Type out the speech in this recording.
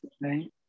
right